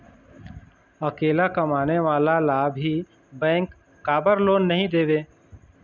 अकेला कमाने वाला ला भी बैंक काबर लोन नहीं देवे?